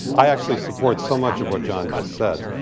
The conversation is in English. i actually support so much of what john just said.